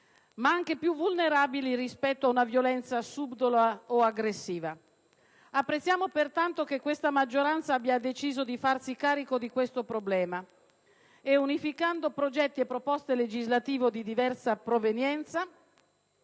ma anche più vulnerabili rispetto ad una violenza subdola o aggressiva. Apprezziamo pertanto che la maggioranza abbia deciso di farsi carico di questo problema e, unificando progetti e proposte legislative di diversa provenienza,